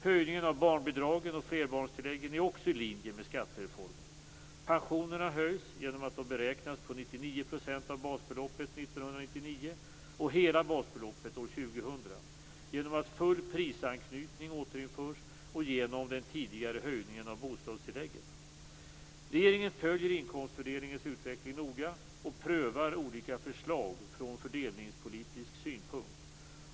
Höjningen av barnbidragen och flerbarnstilläggen är också i linje med skattereformen. Pensionerna höjs genom att de beräknas på 99 % av basbeloppet 1999 och hela basbeloppet år 2000, genom att full prisanknytning återinförs och genom den tidigare höjningen av bostadstilläggen. Regeringen följer inkomstfördelningens utveckling noga och prövar olika förslag från fördelningspolitisk synpunkt.